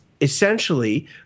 essentially